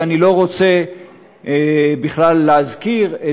ואני לא רוצה בכלל להזכיר,